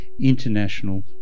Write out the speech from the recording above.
international